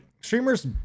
streamers